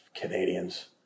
Canadians